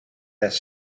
this